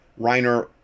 reiner